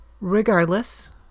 Regardless